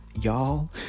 Y'all